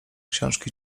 książki